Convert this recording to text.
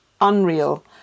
unreal